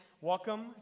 welcome